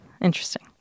Interesting